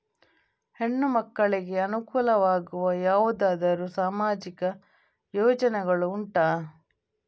ಹೆಣ್ಣು ಮಕ್ಕಳಿಗೆ ಅನುಕೂಲವಾಗುವ ಯಾವುದಾದರೂ ಸಾಮಾಜಿಕ ಯೋಜನೆಗಳು ಉಂಟಾ?